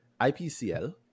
IPCL